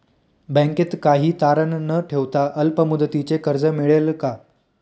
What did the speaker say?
बँकेत काही तारण न ठेवता अल्प मुदतीचे कर्ज मिळेल का?